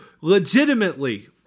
legitimately